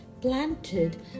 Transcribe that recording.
planted